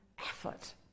effort